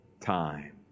time